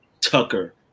Tucker